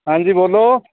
ਹਾਂਜੀ ਬੋਲੋ